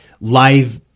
live